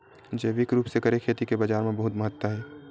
जैविक रूप से करे खेती के बाजार मा बहुत महत्ता हे